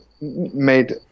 made